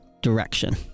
direction